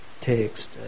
text